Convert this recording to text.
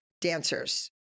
dancers